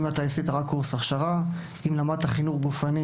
אם עשית רק קורס הכשרה; אם למדת חינוך גופני